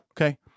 Okay